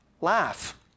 laugh